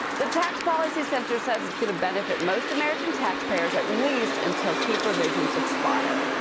the tax policy center says it's going to benefit most american taxpayers at least until key provisions expire.